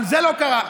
אבל זה לא קרה.